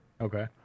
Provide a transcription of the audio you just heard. Okay